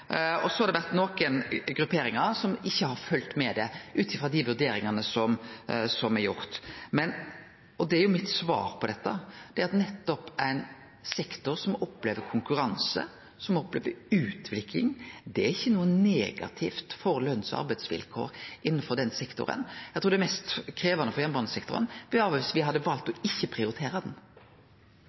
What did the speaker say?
Så er det nokre grupperingar som ikkje har følgt med ut frå dei vurderingane som er gjorde. Det er mitt svar på dette, at dette er ein sektor som opplever konkurranse, som opplever utvikling. Det er ikkje noko negativt for løns- og arbeidsvilkåra innanfor den sektoren. Eg trur det mest krevjande for jernbanesektoren hadde vore dersom me hadde valt å ikkje